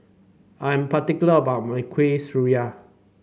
I'm particular about my Kueh Syara